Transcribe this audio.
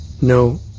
no